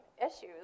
issues